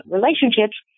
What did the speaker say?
Relationships